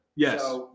Yes